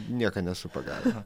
niekad nesu pagavęs